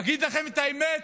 אגיד לכם את האמת,